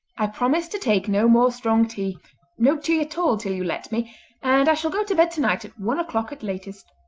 i promise to take no more strong tea no tea at all till you let me and i shall go to bed tonight at one o'clock at latest.